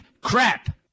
crap